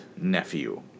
nephew